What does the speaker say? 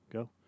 go